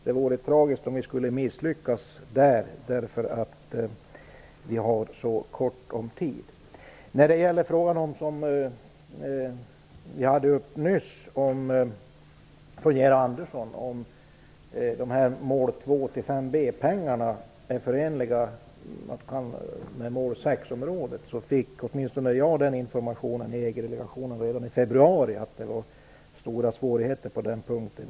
Det vore tragiskt om vi skulle misslyckas därför att vi har så ont om tid. Georg Andersson tog nyss upp frågan om mål 2 5b-pengarna är förenliga med mål 6-området. Jag fick information i EG-delegationen redan i februari om att det fanns stora svårigheter på den punkten.